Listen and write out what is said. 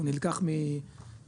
הוא נלקח ממחקר